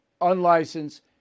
unlicensed